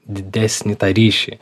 didesnį tą ryšį